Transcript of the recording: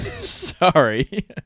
Sorry